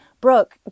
Brooke